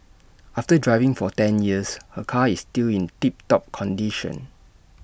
after driving for ten years her car is still in tip top condition